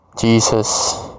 Jesus